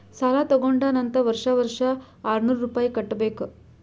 ಸಾಲಾ ತಗೊಂಡಾನ್ ಅಂತ್ ವರ್ಷಾ ವರ್ಷಾ ಆರ್ನೂರ್ ರುಪಾಯಿ ಕಟ್ಟಬೇಕ್